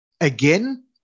Again